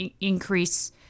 increase